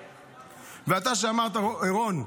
רון,